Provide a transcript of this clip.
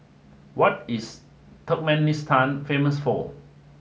what is Turkmenistan famous for